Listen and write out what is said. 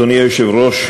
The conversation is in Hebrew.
אדוני היושב-ראש,